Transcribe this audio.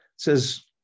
Says